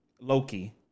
Loki